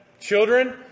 children